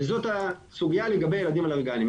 וזאת הסוגיה לגבי ילדים אלרגניים.